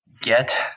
get